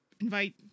Invite